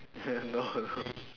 eh no